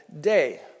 day